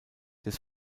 des